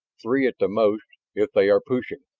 three at the most. if they are pushing,